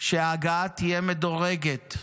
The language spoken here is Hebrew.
שההגעה תהיה מדורגת,